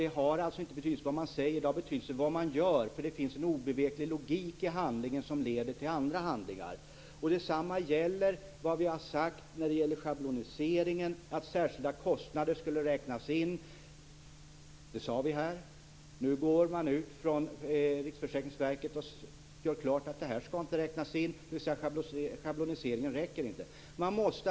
Det har alltså inte någon betydelse vad man säger utan det har betydelse vad man gör. Det finns en obeveklig logik i handlingen som leder till andra handlingar. Detsamma gäller schabloniseringen. Det sades här att särskilda kostnader skulle räknas in. Nu går Riksförsäkringsverket ut och gör klart att de inte skall räknas in och att schabloniseringen inte täcker dessa kostnader.